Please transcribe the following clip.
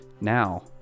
now